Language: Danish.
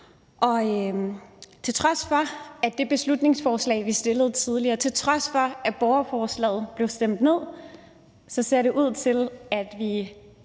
Til trods for det beslutningsforslag, vi fremsatte tidligere, til trods for at borgerforslaget blev stemt ned, så ser det ud til, at vi